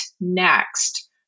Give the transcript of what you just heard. next